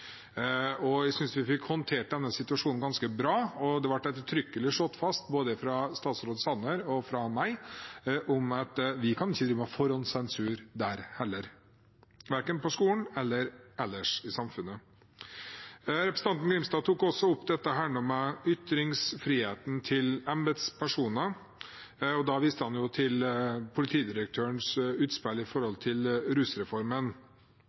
organisasjon. Jeg synes vi fikk håndtert denne situasjonen ganske bra, og det ble ettertrykkelig slått fast både fra statsråd Sanner og fra meg at vi heller ikke der kan drive med forhåndssensur, verken på skolen eller ellers i samfunnet. Representanten Grimstad tok også opp dette med ytringsfriheten til embetspersoner og viste til politidirektørens utspill i forbindelse med rusreformen.